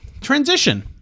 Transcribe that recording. transition